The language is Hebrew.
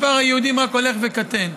ששם מספר היהודים רק הולך וקטן.